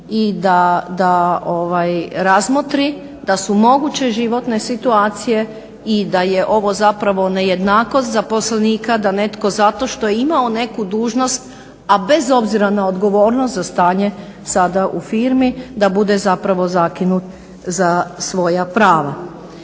i da razmotri da su moguće životne situacije i da je ovo zapravo nejednakost zaposlenika da netko zato što je imao neku dužnost a bez obzira na odgovornost za stanje sada u firmi da bude zapravo zakinut za svoja prava.